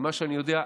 ממה שאני יודע,